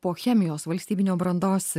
po chemijos valstybinio brandos